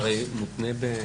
זה מותנה בתוקף?